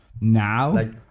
now